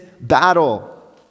battle